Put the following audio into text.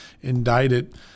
indicted